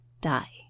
die